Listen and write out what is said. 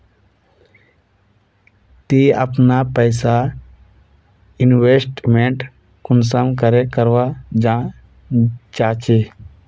ती अपना पैसा इन्वेस्टमेंट कुंसम करे करवा चाँ चची?